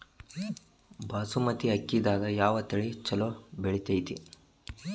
ಬಾಸುಮತಿ ಅಕ್ಕಿದಾಗ ಯಾವ ತಳಿ ಛಲೋ ಬೆಳಿತೈತಿ?